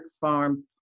farm